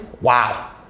wow